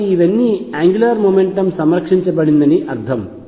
కాబట్టి ఇవన్నీ angular mechanics సంరక్షించబడిందని అర్థం